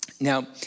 Now